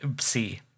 see